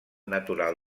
natural